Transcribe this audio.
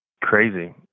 crazy